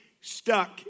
stuck